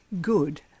good